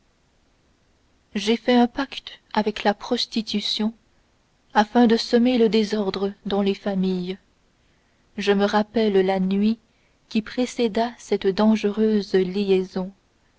j'ai fait un pacte avec la prostitution afin de semer le désordre dans les familles je me rappelle la nuit qui précéda cette dangereuse liaison